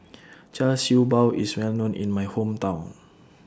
Char Siew Bao IS Well known in My Hometown